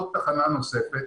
עוד תחנה נוספת.